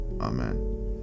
Amen